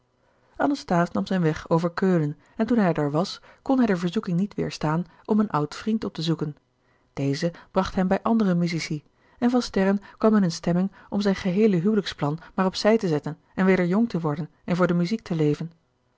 anasthase nam zijn weg over keulen en toen hij daar was kon hij de verzoeking niet weerstaan om een oud vriend op te zoeken deze bracht hem bij andere musici en van sterren kwam in eene stemming om zijn geheele huwelijksplan maar op zij te zetten en weder jong te worden en voor de muziek te leven